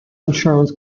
insurance